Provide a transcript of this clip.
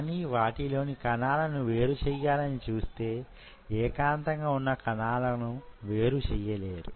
కానీ వాటిలోని కణాలను వేరు చెయ్యాలని చూస్తే యేకాంతంగా వున్న కణాలను వేరు చెయ్యలేరు